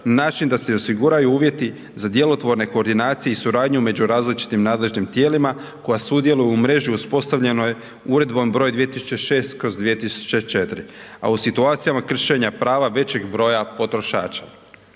način da se osiguraju uvjeti za djelotvorne koordinacije i suradnju među različitim nadležnim tijelima koji sudjeluju u mreži uspostavljenoj Uredbom (EZ) br. 2006/2004., a u situacijama kršenja prava većeg broja potrošača.